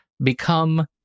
become